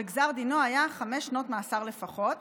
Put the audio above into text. וגזר דינו היה חמש שנות מאסר לפחות,